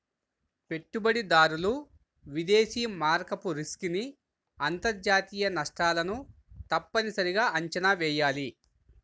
పెట్టుబడిదారులు విదేశీ మారకపు రిస్క్ ని అంతర్జాతీయ నష్టాలను తప్పనిసరిగా అంచనా వెయ్యాలి